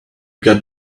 got